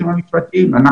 המשפטיים.